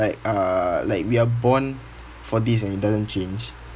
like uh like we are born for this and it doesn't change